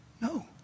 No